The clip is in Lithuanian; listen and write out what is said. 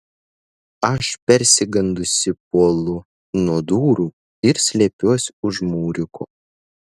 aš persigandusi puolu nuo durų ir slepiuos už mūriuko